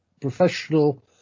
professional